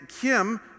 Kim